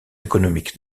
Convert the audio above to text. économiques